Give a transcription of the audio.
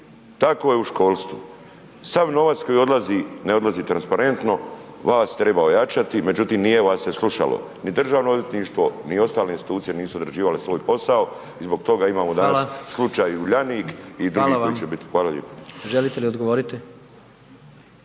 tako je u školstvu, sav novac koji odlazi ne odlazi transparentno, vas treba ojačati međutim nije vas se slušalo, ni državno odvjetništvo ni ostale institucije nisu odrađivale svoj posao i zbog toga imamo …/Upadica: Hvala./… slučaj Uljanik i drugi koji će bit …/Upadica: Hvala vam./…